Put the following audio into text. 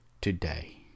today